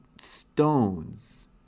stones